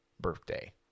birthday